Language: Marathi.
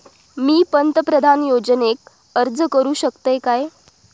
मी पंतप्रधान योजनेक अर्ज करू शकतय काय?